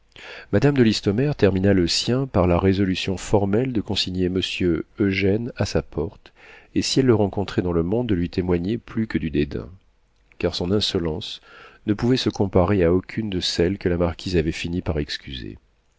madame de listomère termina le sien par la résolution formelle de consigner monsieur eugène à sa porte et si elle le rencontrait dans le monde de lui témoigner plus que du dédain car son insolence ne pouvait se comparer à aucune de celles que la marquise avait fini par excuser